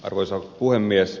arvoisa puhemies